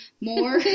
more